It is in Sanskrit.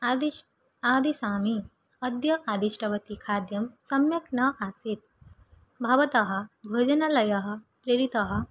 आदिशामि अद्य आदिष्टवती खाद्यं सम्यक् न आसीत् भवतः भोजनालयः प्रेरितः